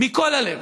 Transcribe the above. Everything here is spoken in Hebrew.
מכל הלב,